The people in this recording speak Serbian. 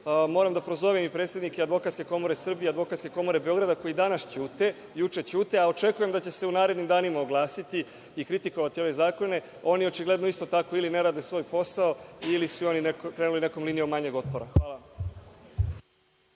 moram da prozovem i predsednike Advokatske komore Srbije i Advokatske komore Beograda, koji danas ćute, juče ćute, a očekujem da će se u narednim danima oglasiti i kritikovati ove zakone. Oni očigledno isto tako ili ne rade svoj posao ili su i oni krenuli nekom linijom manjeg otpora. Hvala.